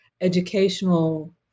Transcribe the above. educational